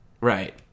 Right